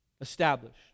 established